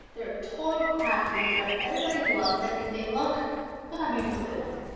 they're a total crowd pleaser, everybody and loves them, and they look. look how beautiful they look.